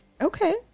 Okay